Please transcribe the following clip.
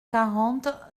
quarante